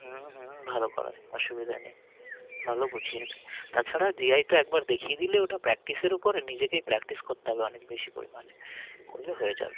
হুম হুম ভালো পড়ায় অসুবিধা নেই ভালো বুঝিয়ে দেয় তাছাড়া ভিআই তো একবার দেখিয়ে দিলে ওটা প্র্যাকটিসের ওপরে নিজেকেই প্র্যাকটিস করতে হবে অনেক বেশি পরিমাণে করলে হয়ে যাবে